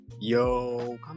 yo